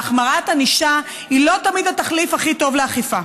והחמרת ענישה היא לא תמיד התחליף הכי טוב לאכיפה,